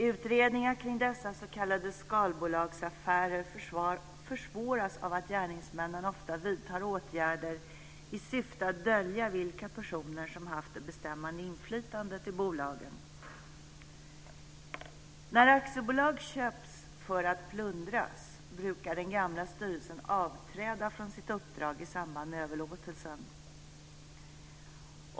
Utredningar kring dessa s.k. skalbolagsaffärer försvåras av att gärningsmännen vidtar åtgärder i syfte att dölja vilka personer som haft det bestämmande inflytandet i bolagen. När aktiebolag köps för att plundras brukar den gamla styrelsen avträda från sitt uppdrag i samband med överlåtelsen.